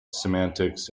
semantics